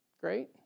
Great